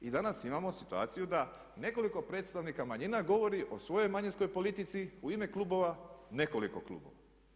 I danas imamo situaciju da nekoliko predstavnika manjina govori o svojoj manjinskoj politici u ime klubova, nekoliko klubova.